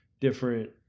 different